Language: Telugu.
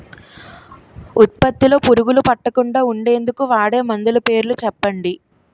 ఉత్పత్తి లొ పురుగులు పట్టకుండా ఉండేందుకు వాడే మందులు పేర్లు చెప్పండీ?